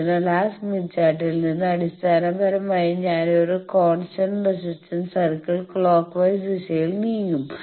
അതിനാൽ ആ സ്മിത്ത് ചാർട്ടിൽ നിന്ന് അടിസ്ഥാനപരമായി ഞാൻ ഒരു കോൺസ്റ്റന്റ് റെസിസ്റ്റന്റ് സർക്കിളിൽ ക്ലോക്കവൈസ് ദിശയിൽ നീങ്ങും